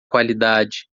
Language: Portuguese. qualidade